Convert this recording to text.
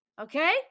okay